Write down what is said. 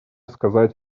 сказать